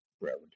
road